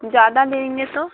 ज़्यादा लेंगे तो